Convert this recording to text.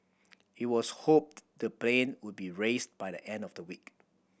it was hoped the plane would be raised by the end of the week